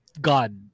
God